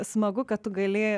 smagu kad tu gali